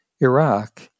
Iraq